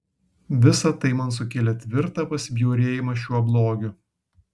visa tai man sukėlė tvirtą pasibjaurėjimą šiuo blogiu